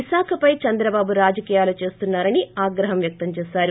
విశాఖపై చంద్రబాబు రాజకీయాలు చేస్తున్నా రని ఆగ్రహం వ్యక్తం చేశారు